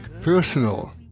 personal